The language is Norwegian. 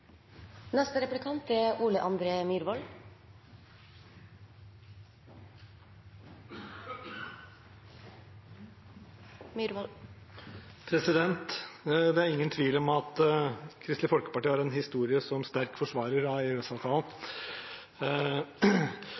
Det er ingen tvil om at Kristelig Folkeparti har en historie som sterk forsvarer av